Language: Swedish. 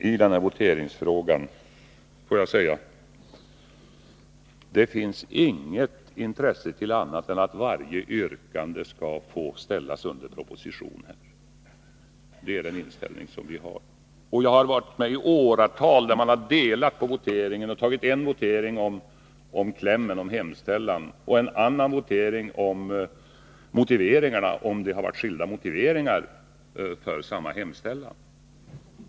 I voteringsfrågan vill jag säga: Det finns inget intresse av annat än att varje yrkande skall få ställas under proposition. Det är den inställning som vi har. Och jag har varit med i åratal, då man delat på voteringen och tagit en särskild votering om hemställan och en annan om motiveringarna, om det varit skilda motiveringar för samma hemställan.